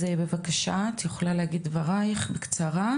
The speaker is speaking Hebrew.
בבקשה דינה את יכולה להגיד את דברייך בקצרה.